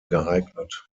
geeignet